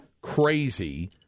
crazy